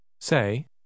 Say